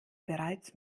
bereits